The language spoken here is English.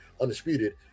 undisputed